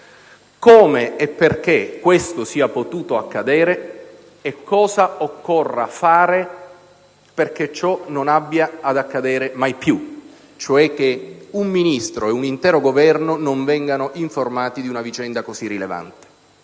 come e perché questo sia potuto accadere e cosa occorra fare perché ciò non abbia ad accadere mai più: cioè che un Ministro e l'intero Governo non vengano informati di una vicenda così rilevante.